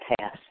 pass